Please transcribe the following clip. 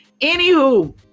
Anywho